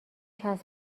چسب